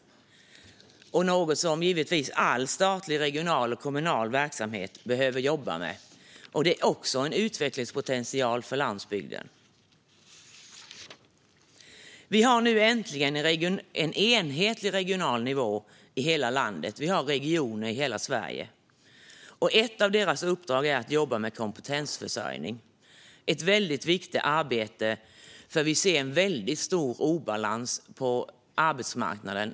Det är givetvis något som all statlig, regional och kommunal verksamhet behöver jobba med. Det är också en utvecklingspotential för landsbygden. Vi har nu äntligen en enhetlig regional nivå i hela landet. Vi har regioner i hela Sverige. Ett av deras uppdrag är att jobba med kompetensförsörjning, som är ett mycket viktigt arbete eftersom vi ser en mycket stor obalans på arbetsmarknaden.